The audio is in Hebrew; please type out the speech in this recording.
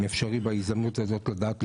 אם אפשרי בהזדמנות הזאת לדעת?